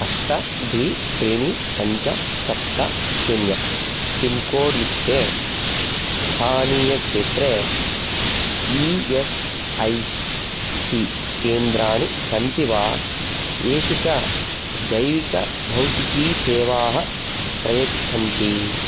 अष्ट द्वी त्रीणि पञ्च सप्त शून्य पिन्कोड् युक्ते स्थानीयक्षेत्रे ई एस् ऐ सी केन्द्राणि सन्ति वा येषु च जैविकभौतिकीसेवाः प्रयच्छन्ति